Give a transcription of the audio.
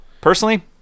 personally